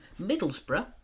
Middlesbrough